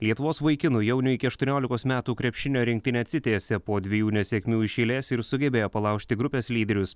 lietuvos vaikinų jaunių iki aštuoniolikos metų krepšinio rinktinė atsitiesė po dviejų nesėkmių iš eilės ir sugebėjo palaužti grupės lyderius